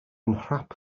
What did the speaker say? nhrap